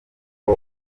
uko